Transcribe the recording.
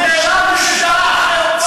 אתם בושה וחרפה.